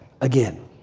again